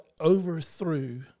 overthrew